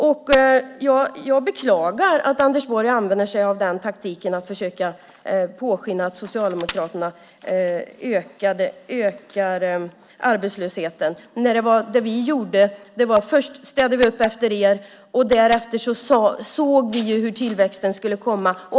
Jag beklagar att Anders Borg använder sig av taktiken att försöka påskina att Socialdemokraterna ökar arbetslösheten. Det vi gjorde var att först städa upp efter er. Därefter såg vi hur tillväxten skulle komma.